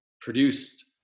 produced